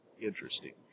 interesting